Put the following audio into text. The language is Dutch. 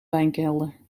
wijnkelder